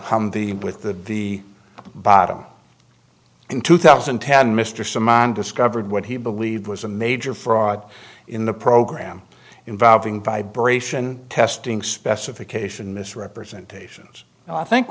humvee with the the bottom in two thousand and ten mr simn discovered what he believed was a major fraud in the program involving vibration testing specification misrepresentations and i think